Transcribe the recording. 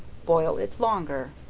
boil it longer.